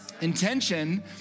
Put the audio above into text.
Intention